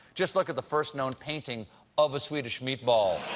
just look at the first known painting of a swedish meatball.